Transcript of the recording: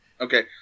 Okay